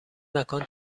مکان